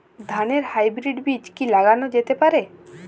ধানের হাইব্রীড বীজ কি লাগানো যেতে পারে?